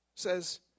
says